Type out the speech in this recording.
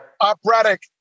operatic